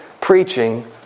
preaching